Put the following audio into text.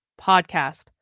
podcast